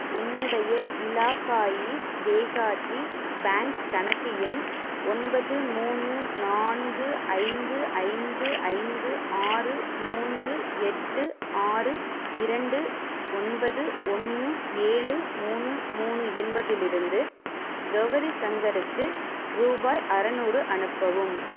என்னுடைய இலாகாயி தேஹாதி பேங்க் கணக்கு எண் ஒன்பது மூணு நான்கு ஐந்து ஐந்து ஐந்து ஆறு மூன்று எட்டு ஆறு இரண்டு ஒன்பது ஒன்று ஏழு மூணு மூணு என்பதிலிருந்து கௌரி சங்கருக்கு ரூபாய் அறநூறு அனுப்பவும்